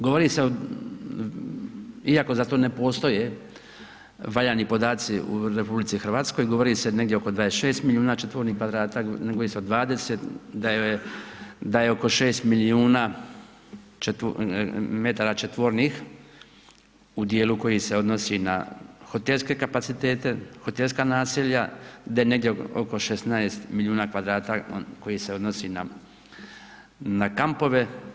Govori se, iako za to ne postoje valjani podaci u RH, govori se negdje oko 26 milijuna četvornih kvadrata, negdje i sa 20, da je oko 6 milijuna metara četvornih u dijelu koji se odnosi na hotelske kapacitete, hotelska naselja, da je negdje oko 16 milijuna kvadrata koji se odnosi na kampove.